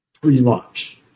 pre-launch